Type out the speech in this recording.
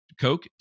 Coke